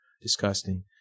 disgusting